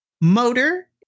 Motor